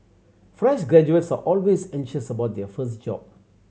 fresh graduates are always anxious about their first job